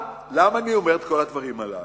למה אני אומר את כל הדברים הללו?